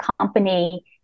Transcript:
company